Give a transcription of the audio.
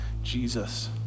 Jesus